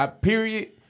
period